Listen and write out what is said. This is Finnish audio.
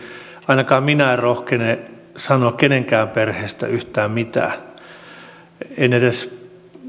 ainakaan minä en rohkene sanoa kenenkään perheestä yhtään mitään en edes